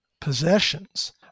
possessions